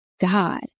God